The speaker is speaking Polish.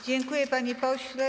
Dziękuję, panie pośle.